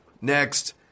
next